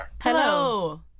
Hello